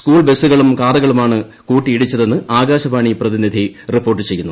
school ബസ്സുകളും കാറുകളുമാണ് കൂട്ടിയിടിച്ചത്രെന്ന് ആകാശവാണി പ്രതിനിധി റിപ്പോർട്ട് ചെയ്യുന്നു